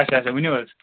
اچھا اچھا ؤنِو حظ